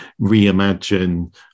reimagine